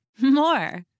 more